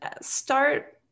start